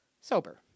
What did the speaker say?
sober